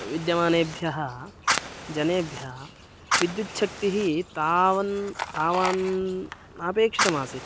विद्यमानेभ्यः जनेभ्यः विद्युच्छक्तिः तावन् तावान् नापेक्षितमासीत्